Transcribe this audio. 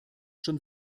schon